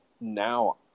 now